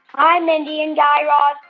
hi, mindy and guy raz.